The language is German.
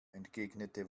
entgegnete